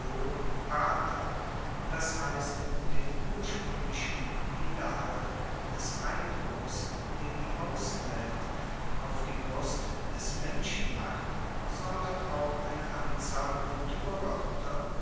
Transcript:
pater das heisst den urspruenglichen widerhall des eindrucks den die aussenwelt auf die brust des menschen macht sondern auch eine anzahl